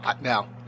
Now